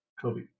Kobe